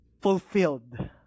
fulfilled